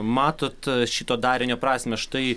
matot šito darinio prasmę štai